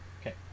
Okay